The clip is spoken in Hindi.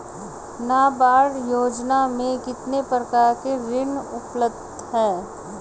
नाबार्ड योजना में कितने प्रकार के ऋण उपलब्ध हैं?